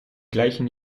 gleichen